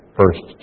first